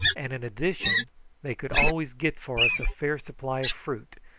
and in addition they could always get for us a fair supply of fruit,